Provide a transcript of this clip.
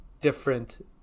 different